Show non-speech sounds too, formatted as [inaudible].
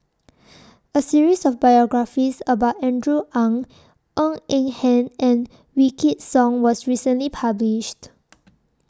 [noise] A series of biographies about Andrew Ang Ng Eng Hen and Wykidd Song was recently published